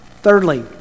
Thirdly